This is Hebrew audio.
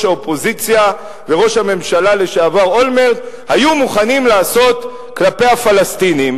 האופוזיציה וראש הממשלה לשעבר אולמרט היו מוכנים לעשות כלפי הפלסטינים.